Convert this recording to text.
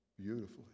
beautifully